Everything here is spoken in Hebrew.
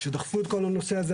שדחפו את כל הנושא הזה.